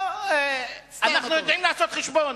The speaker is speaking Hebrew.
לא, סתם אתה אומר, אנחנו יודעים לעשות חשבון.